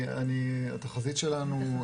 בתחזית שלנו,